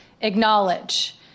acknowledge